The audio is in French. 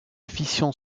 fission